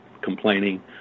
complaining